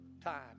time